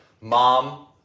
Mom